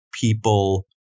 people